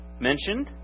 mentioned